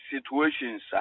situations